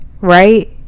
right